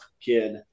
kid